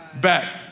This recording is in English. back